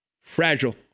fragile